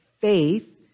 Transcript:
faith